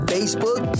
Facebook